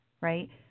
right